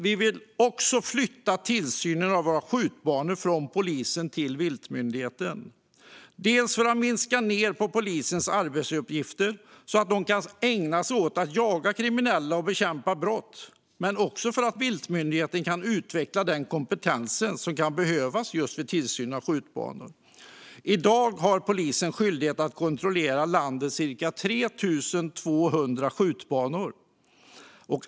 Vi vill dessutom flytta tillsynen av våra skjutbanor från polisen till viltmyndigheten, dels för att minska ned på polisens arbetsuppgifter, så att polisen kan ägna sig åt att jaga kriminella och bekämpa brott, dels för att viltmyndigheten kan utveckla den kompetens som kan behövas vid tillsyn av skjutbanor. I dag har polisen skyldighet att kontrollera landets cirka 3 200 skjutbanor.